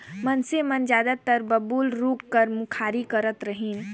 मइनसे मन जादातर बबूर रूख कर मुखारी करत रहिन